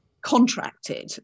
contracted